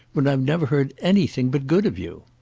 when i've never heard anything but good of you?